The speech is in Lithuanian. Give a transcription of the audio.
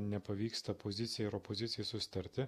nepavyksta pozicijai ir opozicijai susitarti